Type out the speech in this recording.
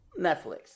Netflix